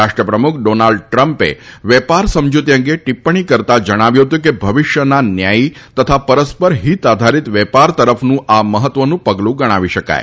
રાષ્ટ્ર પ્રમુખ ડોનાલ્ડ ટ્રમ્પે વેપાર સમજ઼તી અંગે ટીપ્પણી કરતા જણાવ્યું હતું કે ભવિષ્યના ન્યાયી તથા પરસ્પર ફીત આધારીત વેપાર તરફનું આ મહત્વનું પગલુ ગણાવી શકાય